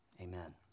amen